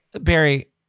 Barry